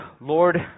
lord